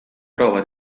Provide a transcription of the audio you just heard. prova